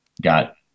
got